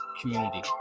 community